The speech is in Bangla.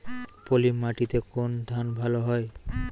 পলিমাটিতে কোন ধান ভালো হয়?